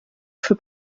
für